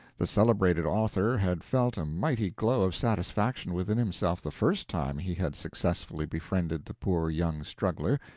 the celebrated author had felt a mighty glow of satisfaction within himself the first time he had successfully befriended the poor young struggler,